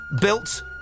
built